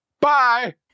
Bye